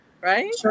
Right